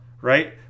right